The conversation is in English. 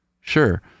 Sure